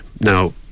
Now